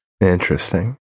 Interesting